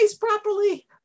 properly